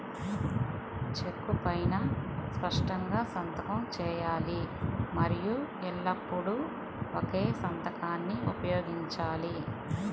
చెక్కు పైనా స్పష్టంగా సంతకం చేయాలి మరియు ఎల్లప్పుడూ ఒకే సంతకాన్ని ఉపయోగించాలి